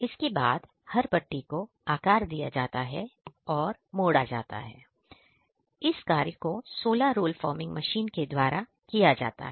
इसके बाद हर पट्टी को आकार दिया जाता है और मोडा जाता है इस कार्य को 16 रोल फॉर्मिंग मशीन के द्वारा किया जाता है